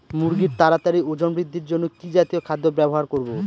মুরগীর তাড়াতাড়ি ওজন বৃদ্ধির জন্য কি জাতীয় খাদ্য ব্যবহার করব?